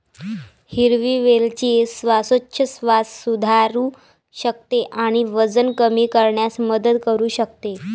हिरवी वेलची श्वासोच्छवास सुधारू शकते आणि वजन कमी करण्यास मदत करू शकते